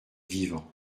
vivants